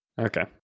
Okay